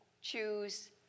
choose